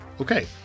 Okay